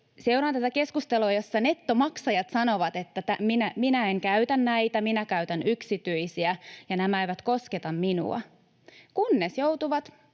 Seuraan tätä keskustelua, jossa nettomaksajat sanovat, että minä en käytä näitä, minä käytän yksityisiä ja nämä eivät kosketa minua — kunnes joutuvat